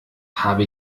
habe